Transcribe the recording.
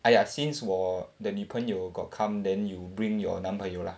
!aiya! since 我的女朋友 got come then you bring your 男朋友 lah